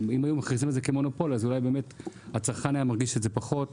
אם היו מכריזים על זה כמונופול אולי באמת הצרכן היה מרגיש את זה פחות.